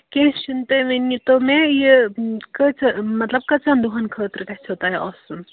کیٚنٛہہ چھُنہٕ تُہۍ ؤنۍ تو مےٚ یہِ کۭژاہ مطلب کٔژَن دۄہَن خٲطرٕ گژھیو تۄہہِ آسُن